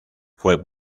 fue